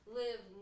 live